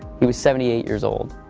he was seventy eight years old.